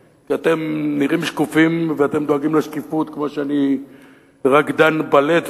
כי אתם נראים שקופים ואתם דואגים לשקיפות כמו שאני רקדן בלט,